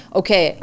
okay